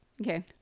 Okay